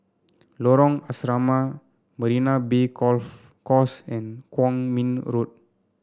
Lorong Asrama Marina Bay Golf Course and Kuang Min Road